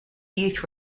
youth